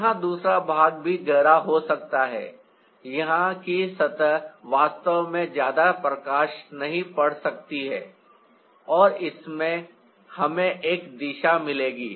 यहाँ दूसरा भाग भी गहरा हो सकता है यहाँ की सतह वास्तव में ज्यादा प्रकाश नहीं पकड़ सकती है और इससे हमें एक दिशा मिलेगी